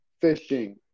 fishing